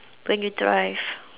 when you drive